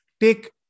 Take